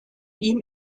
ihm